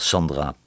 Sandra